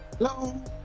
Hello